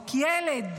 ילד